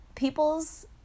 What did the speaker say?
People's